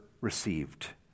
received